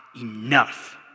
enough